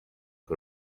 kui